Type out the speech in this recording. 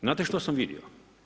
Znate što sam vidio?